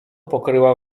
pokryła